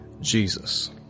Jesus